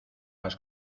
las